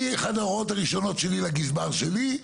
אחת ההוראות הראשונות שלי לגזבר שלי,